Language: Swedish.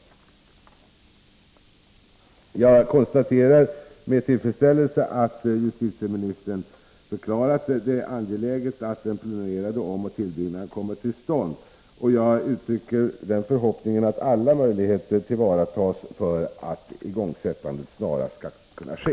Jag konstaterar med tillfredsställelse att justitieministern förklarat det angeläget att den planerade omoch tillbyggnaden kommer till stånd. Jag uttrycker förhoppningen att alla möjligheter tillvaratas för att igångsättande snarast skall kunna ske.